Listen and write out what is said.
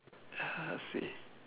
ah I see